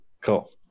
Cool